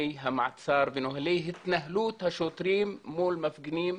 המעצר ונהלי התנהלות השוטרים מול מפגינים